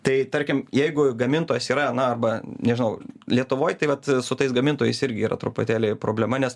tai tarkim jeigu gamintojas yra na ba nežinau lietuvoj tai vat su tais gamintojais irgi yra truputėlį problema nes